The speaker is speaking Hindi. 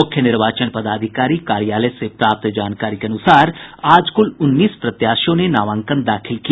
मुख्य निर्वाचन पदाधिकारी कार्यालय से प्राप्त जानकारी के अनुसार आज कुल उन्नीस प्रत्याशियों ने नामांकन दाखिल किया